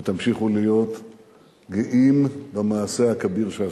ותמשיכו להיות גאים במעשה הכביר שעשיתם.